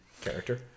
character